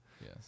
Yes